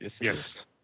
Yes